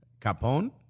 Capone